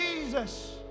Jesus